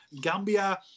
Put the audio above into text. Gambia